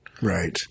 Right